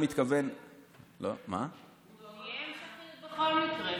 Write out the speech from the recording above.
תהיה המשכיות בכל מקרה.